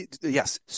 yes